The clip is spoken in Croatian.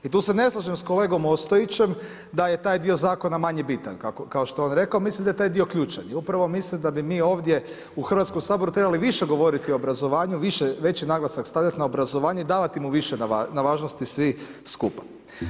I tu se ne slažem s kolegom Ostojićem da je taj dio zakona manje bitan kao što je on rekao, mislim da je taj dio ključan i upravo mislim da bi mi ovdje u Hrvatskom saboru trebali više govoriti obrazovanju, veći naglasak stavljati na obrazovanje, davati mu više na važnosti svi skupa.